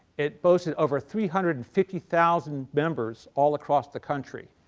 it boasted over three hundred and fifty thousand members all across the country.